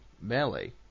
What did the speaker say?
Melee